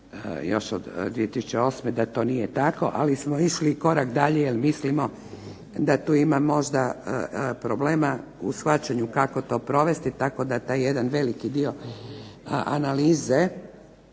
od 2008. da to nije tako, ali smo išli korak dalje jer mislimo da tu ima možda problema u shvaćanju kako to provesti tako da taj jedan veliki dio analize